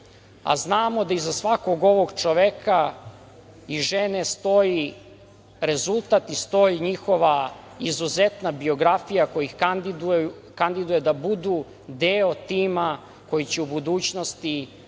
Znamo da iza svakog ovog čoveka i žene stoji rezultat i stoji njihova izuzetna biografija koja ih kandiduje da budu deo tima koji će u budućnosti